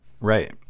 Right